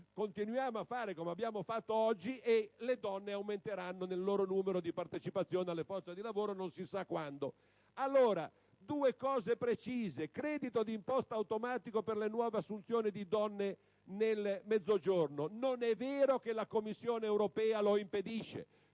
continuiamo a fare come abbiamo fatto oggi, e le donne aumenteranno nel loro numero di partecipazione alla forza lavoro non si sa quando. Allora, due cose precise: in primo luogo, il credito di imposta automatico per le nuove assunzioni di donne nel Mezzogiorno. Non è vero che la Commissione europea lo impedisce: